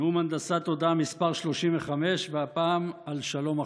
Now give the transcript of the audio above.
נאום הנדסת תודעה מס' 35, והפעם, על שלום עכשיו.